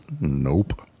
nope